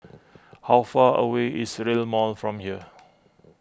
how far away is Rail Mall from here